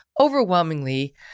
overwhelmingly